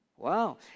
Wow